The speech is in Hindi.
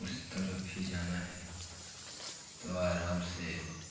उस तरफ ही जाना है तो आराम से